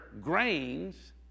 grains